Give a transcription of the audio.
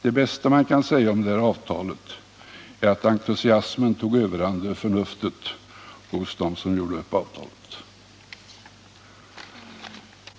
Det bästa man kan säga om avtalet är att entusiasmen tog överhand över förnuftet hos dem som gjorde upp avtalet.